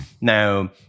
Now